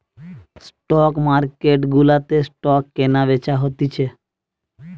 stock market গুলাতে stock কেনা বেচা হতিছে